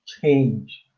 change